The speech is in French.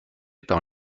par